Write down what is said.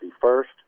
first